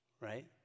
Right